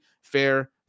fair